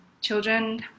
children